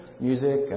music